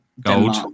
gold